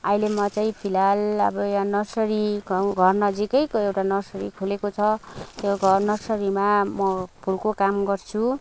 अहिले म चाहिँ फिलहाल अब यो नर्सरी गाउँ घर नजिकै एउटा नर्सरी खोलेको छ त्यो घर नर्सरीमा म फुलको काम गर्छु